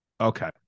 Okay